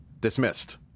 Dismissed